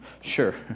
sure